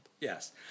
Yes